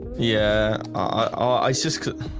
yeah isis could